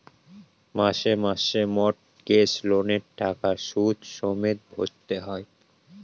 মাসে মাসে মর্টগেজ লোনের টাকা সুদ সমেত ভরতে হয়